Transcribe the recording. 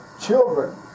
children